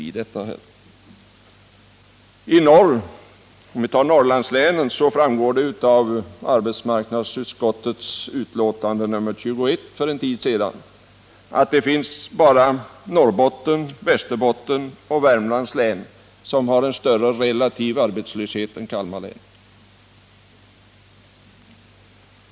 Ser vi på Norrlandslänen framgår det av arbetsmarknadsutskottets betänkande nr 21, som behandlades för en tid sedan, att bara Norrbottens, Västerbottens och Värmlands län har en större relativ arbetslöshet än Kalmar län.